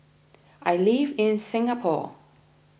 I live in Singapore